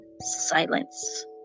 silence